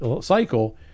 cycle